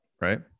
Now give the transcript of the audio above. right